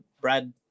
Brad